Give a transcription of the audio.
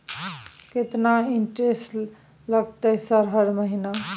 केतना इंटेरेस्ट लगतै सर हर महीना?